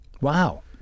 Wow